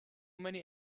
many